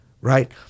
right